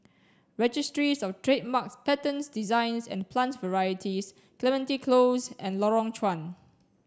registries of Trademarks Patents Designs and Plant Varieties Clementi Close and Lorong Chuan